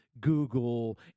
Google